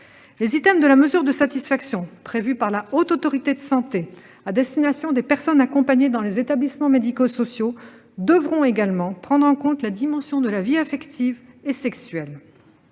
Les items de la mesure de satisfaction prévus par la Haute Autorité de santé pour les personnes accompagnées dans les établissements médico-sociaux devront également prendre en compte la dimension de la vie affective et sexuelle.